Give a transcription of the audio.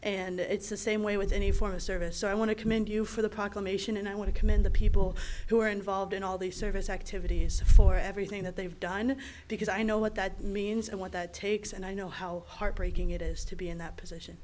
and it's the same way with any form of service so i want to commend you for the proclamation and i want to commend the people who are involved in all the service activities for everything that they've done because i know what that means and what that takes and i know how heartbreaking it is to be in that position